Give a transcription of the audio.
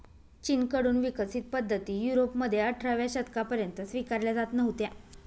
चीन कडून विकसित पद्धती युरोपमध्ये अठराव्या शतकापर्यंत स्वीकारल्या जात नव्हत्या